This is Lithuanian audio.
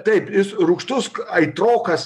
taip jis rūgštus aitrokas